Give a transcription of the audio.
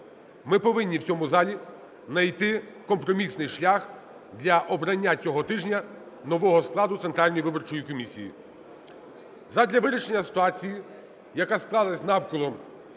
Ми повинні у цьому залі знайти компромісний шлях для обрання цього тижня нового складу Центральної виборчої комісії. Задля вирішення ситуації, яка склалась навколо